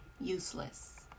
useless